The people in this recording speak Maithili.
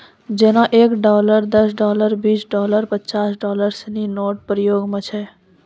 जेना एक डॉलर दस डॉलर बीस डॉलर पचास डॉलर सिनी नोट प्रयोग म छै